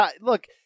Look